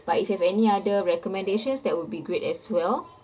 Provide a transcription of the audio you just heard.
but if you have any other recommendations that would be great as well